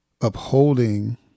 upholding